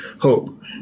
hope